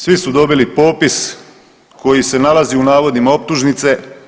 Svi su dobili popis koji se nalazi u navodima optužnice.